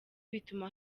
bituma